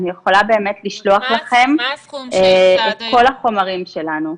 אני יכולה באמת לשלוח לכם את כל החומרים שלנו.